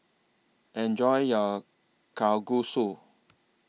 Enjoy your Kalguksu